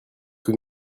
que